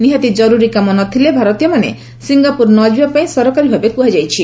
ନିହାତି ଜର୍ରରୀ କାମ ନଥିଲେ ଭାରତୀୟମାନେ ସିଙ୍ଗାପ୍ରର ନ ଯିବା ପାଇଁ ସରକାରୀ ଭାବେ କୁହାଯାଇଛି